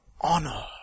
honor